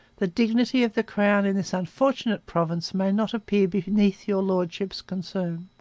the dignity of the crown in this unfortunate province may not appear beneath your lordship's concern